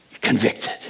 Convicted